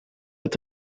est